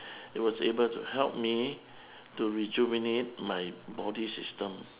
it was able to help me to rejuvenate my body system